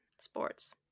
Sports